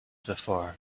before